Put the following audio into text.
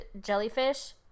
jellyfish